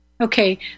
okay